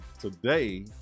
today